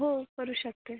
हो करू शकते